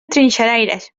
trinxeraires